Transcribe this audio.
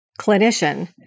clinician